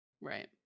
Right